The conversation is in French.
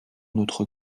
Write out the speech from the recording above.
notre